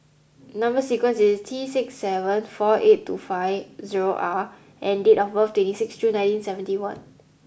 number sequence is T six seven four eight two five zero R and date of birth twenty six June nineteen seventy one